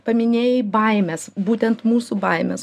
paminėjai baimes būtent mūsų baimes